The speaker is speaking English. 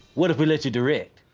what if we let you direct?